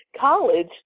college